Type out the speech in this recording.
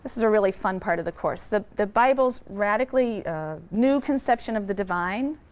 is a really fun part of the course. the the bible's radically new conception of the divine,